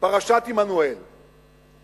"פרשת עמנואל";